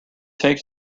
take